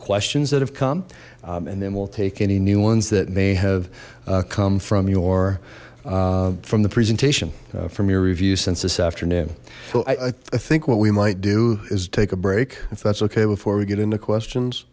questions that have come and then we'll take any new ones that may have come from your from the presentation from your review since this afternoon well i think what we might do is take a break if that's okay before we get into questions